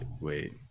Wait